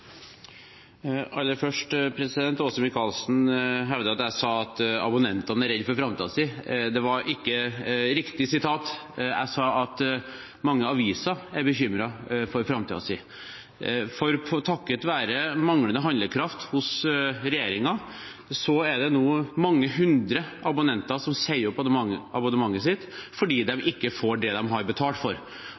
Aller først: Åse Michaelsen hevdet jeg sa at abonnentene er redd for framtiden sin. Det var ikke riktig sitat. Jeg sa at mange aviser er bekymret for framtiden sin. Takket være manglende handlekraft hos regjeringen er det nå mange hundre abonnenter som sier opp abonnementet sitt fordi de ikke får det de har betalt for.